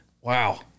Wow